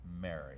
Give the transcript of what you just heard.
Mary